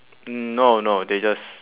mm no no they just